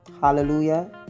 hallelujah